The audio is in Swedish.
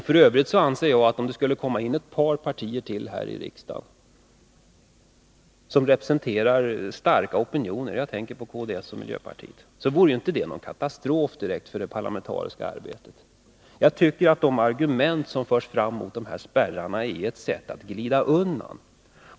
F. ö. anser jag att det, om det i riksdagen skulle komma in ett par partier som representerar starka opinioner — jag tänker på kds och miljöpartiet— inte direkt vore någon katastrof för det parlamentariska arbetet. De argument som förs fram mot dessa spärrar används för att glida undan.